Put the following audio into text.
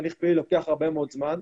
הליך פלילי לוקח הרבה מאוד זמן,